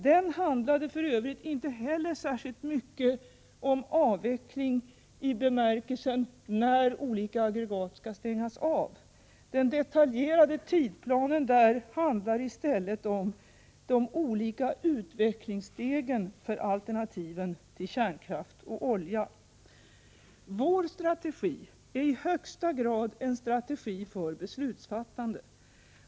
Den handlar inte heller särskilt mycket om avveckling i bemärkelsen att den anger tidpunkten när olika aggregat skall stängas av. Den detaljerade tidplanen där handlar om de olika utvecklingsstegen för alternativen till kärnkraft och olja. Vår strategi är i högsta grad en strategi för beslutsfattande.